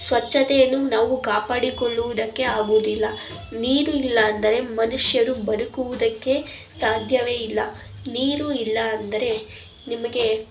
ಸ್ವಚ್ಛತೆಯನ್ನು ನಾವು ಕಾಪಾಡಿಕೊಳ್ಳುವುದಕ್ಕೆ ಆಗುವುದಿಲ್ಲ ನೀರು ಇಲ್ಲ ಅಂದರೆ ಮನುಷ್ಯರು ಬದುಕುವುದಕ್ಕೆ ಸಾಧ್ಯವೇ ಇಲ್ಲ ನೀರು ಇಲ್ಲ ಅಂದರೆ ನಿಮಗೆ